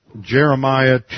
Jeremiah